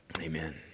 Amen